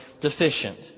deficient